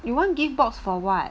you want gift box for [what]